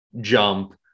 jump